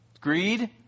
Greed